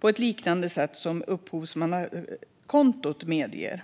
på ett liknande sätt som ett upphovsmannakonto medger.